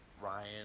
Ryan